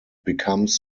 becomes